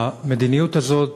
המדיניות הזאת,